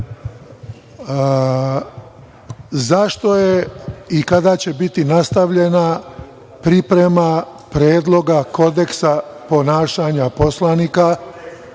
Zašto je i kada će biti nastavljena priprema Predloga kodeksa ponašanja poslanika,